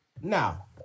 Now